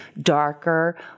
Darker